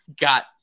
got